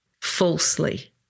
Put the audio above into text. falsely